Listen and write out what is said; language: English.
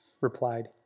replied